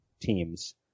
teams